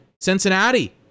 Cincinnati